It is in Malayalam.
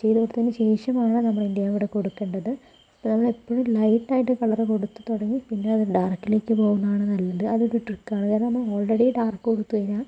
ചെയ്തു കൊടുത്തതിനു ശേഷമാണ് നമ്മളെന്ത് ചെയ്യാ നമ്മളവിടെ കൊടുക്കേണ്ടത് അപ്പൊ നമ്മള് എപ്പോഴും ലൈറ്റ് ആയിട്ട് കളറ് കൊടുത്ത് തുടങ്ങി പിന്നെ അത് ടാർക്കിലേക്ക് പോകുന്നതാണ് നല്ലത് അതൊരു ട്രിക്കാണ് കാരണം ആൾറെഡി ഡാർക്ക് കൊടുത്ത് കഴിഞ്ഞാൽ